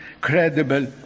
credible